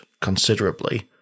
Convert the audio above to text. considerably